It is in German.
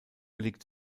liegt